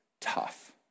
tough